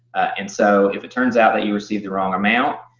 and so if it turns out that you received the wrong amount,